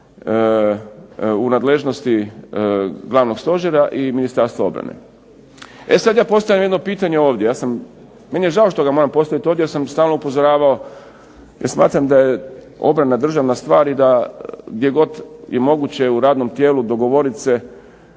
u nadležnosti Glavnog stožera i Ministarstva obrane. E sad ja postavljam jedno pitanje ovdje. Ja sam, meni je žao što ga moram postaviti ovdje jer sam stalno upozoravao, jer smatram da je obrana državna stvar i da gdje god je moguće u radnom tijelu dogovorit se